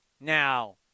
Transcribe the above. Now